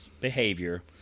behavior